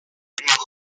日后